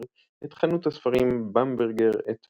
את חנות הספרים "במברגר את וואהרמן".